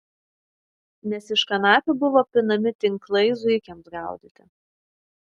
nes iš kanapių buvo pinami tinklai zuikiams gaudyti